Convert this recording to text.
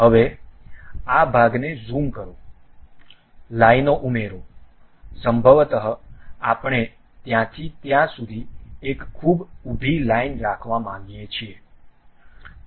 હવે આ ભાગને ઝૂમ કરો લાઇનો ઉમેરો સંભવત આપણે ત્યાંથી ત્યાં સુધી એક ખૂબ ઉભી લાઈન રાખવા માગીએ છીએ